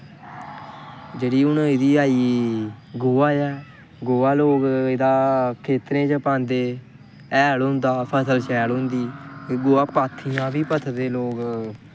हून जेह्ड़ी आई गोहा ऐ गोहा लोग एह्दा खेत्तरें च पांदे हैल होंदा फसल शैल होंदी गोहा पात्थियां बी पथदे लोग